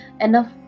enough